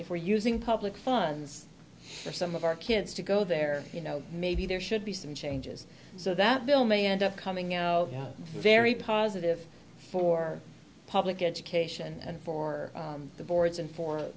if we're using public funds or some of our kids to go there you know maybe there should be some changes so that bill may end up coming out very positive for public education and for the boards and for